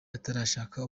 atarashaka